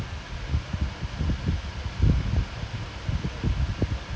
oh my god what eh looks complicated but I don't know if it will be complicated lah